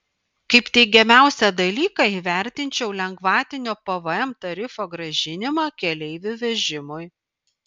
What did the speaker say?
kaip teigiamiausią dalyką įvertinčiau lengvatinio pvm tarifo grąžinimą keleivių vežimui